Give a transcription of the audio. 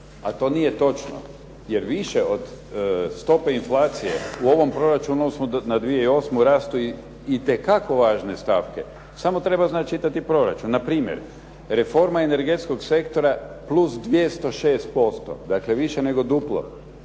a to nije točno jer više od stope inflacije u ovom proračunu u odnosu na 2008. rastu itekako važne stavke, samo treba znati čitati proračun. Na primjer, reforma energetskog sektora plus 206%, dakle više nego duplo